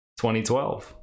2012